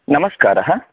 नमस्कारः